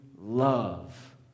love